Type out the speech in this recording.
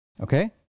Okay